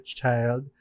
child